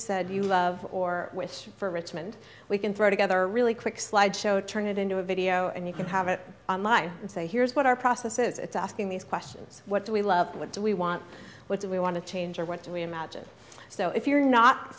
said you love or wish for richmond we can throw together really quick slideshow turn it into a video and you can have it on line and say here's what our process it's asking these questions what do we love what do we want what do we want to change or what do we imagine so if you're not